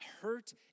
hurt